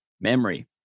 memory